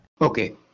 Okay